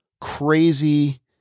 crazy